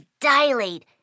dilate